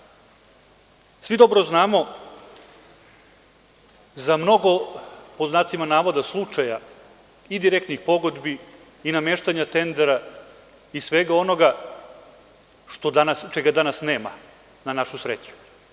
Svi dobro znamo za mnogo, pod znacima navoda, slučaja i direktnih pogodbi i nameštanja tendera i svega onoga čega danas nema, na našu sreću.